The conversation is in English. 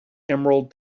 emerald